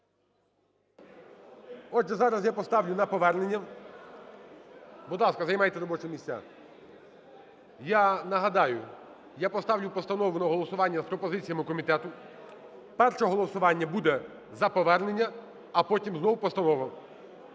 Отже, зараз я поставлю на повернення, будь ласка, займайте робочі місця. Я нагадаю, я поставлю постанову на голосування з пропозиціями комітету. Перше голосування буде за повернення, а потім знову постанова.